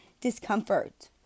discomfort